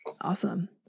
Awesome